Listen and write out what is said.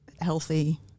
healthy